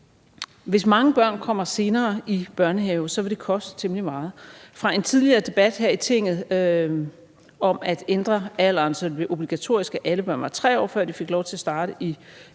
Hvis mange børn kommer senere i børnehave, vil det koste temmelig meget. Fra en tidligere debat her i Tinget om at ændre alderen, så det blev obligatorisk, at alle børn var 3 år, før de fik lov til at starte i